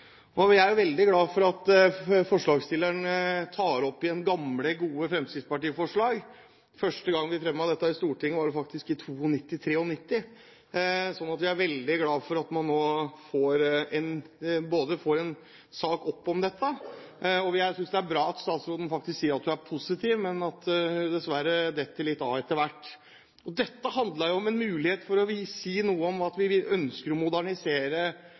gang vi fremmet dette i Stortinget var faktisk i 1992–1993, så vi er veldig glad for at man nå får opp en sak om dette. Jeg synes det er bra at statsråden sier hun er positiv, men dessverre detter hun litt av etter hvert. Dette handler jo om en mulighet til å si noe om at vi ønsker å modernisere